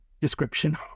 description